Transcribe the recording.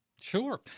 Sure